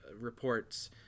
reports